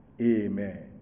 Amen